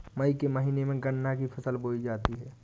मई के महीने में गन्ना की फसल बोई जाती है